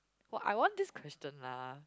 !wah! I want this question lah